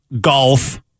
golf